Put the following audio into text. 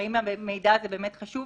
האם המידע הזה חשוב